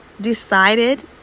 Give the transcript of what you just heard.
Decided